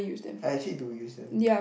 actually do you send